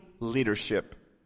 leadership